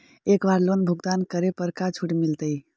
एक बार लोन भुगतान करे पर का छुट मिल तइ?